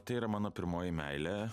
tai yra mano pirmoji meilė